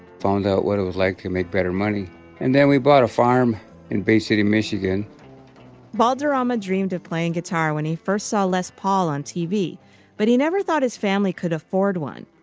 found out what it was like to make better money and then we bought a farm in bay city michigan valderrama dreamed of playing guitar when he first saw les paul on tv but he never thought his family could afford one.